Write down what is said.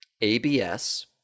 ABS